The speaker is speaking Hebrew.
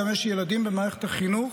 גם יש לי ילדים במערכת החינוך,